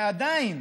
ועדיין,